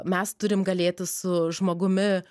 mes turim galėti su žmogumi